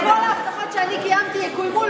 כל ההבטחות שאני הבטחתי יקוימו,